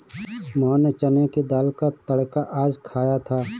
मोहन ने चने की दाल का तड़का आज खाया था